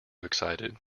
excited